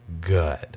good